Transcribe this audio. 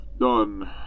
done